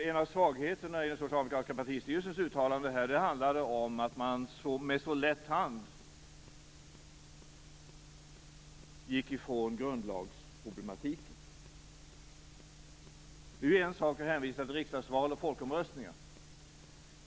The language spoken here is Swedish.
En av svagheterna i den socialdemokratiska partistyrelsens uttalande är, tycker jag, att man med så lätt hand gick ifrån grundlagsproblematiken. Det är en sak att hänvisa till riksdagsval och folkomröstningar.